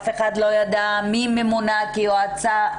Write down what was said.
אף אחד לא ידע מי ממונה כיועצת.